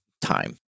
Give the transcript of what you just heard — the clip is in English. time